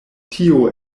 tio